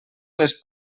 les